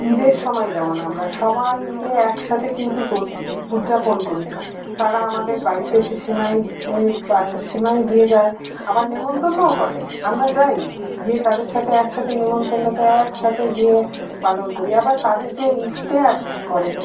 ঈদের সময় যেমন আমরা সবাই মিলে একসাথে কিন্তু উদযাপন করি তারা আমাদের বাড়িতে এসে শিমাই শিমাই দিয়ে যায় আবার নেমন্তন্নও করে আমরা যাই গিয়ে তাদের সাথে একসাথে নিমন্তন্নতে একসাথে গিয়ে পালন করি আবার তাদের যে ইফতেহার করে